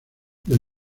del